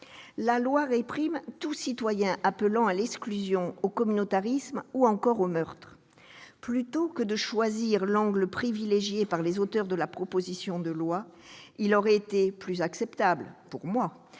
La loi sanctionne tout citoyen appelant à l'exclusion, au communautarisme, ou encore au meurtre. Plutôt que de choisir l'angle privilégié par les auteurs de la proposition de loi, il aurait été plus acceptable, à mon